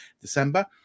December